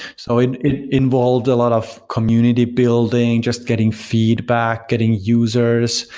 so it it involved a lot of community building, just getting feedback, getting users,